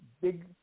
big